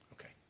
Okay